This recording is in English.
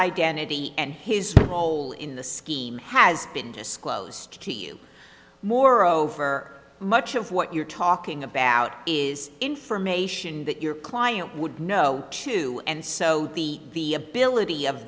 identity and his role in the scheme has been disclosed to you moreover much of what you're talking about is information that your client would know too and so the ability of